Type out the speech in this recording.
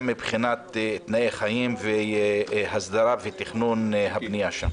מבחינת תנאי חיים והסדרה ותכנון הבנייה שם.